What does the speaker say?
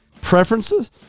preferences